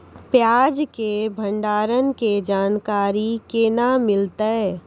प्याज के भंडारण के जानकारी केना मिलतै?